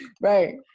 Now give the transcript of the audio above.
Right